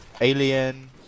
Alien